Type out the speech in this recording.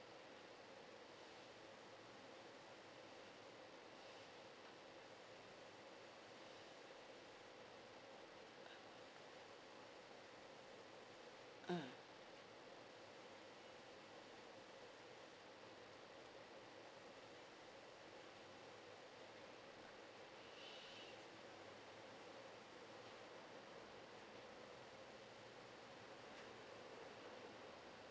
mm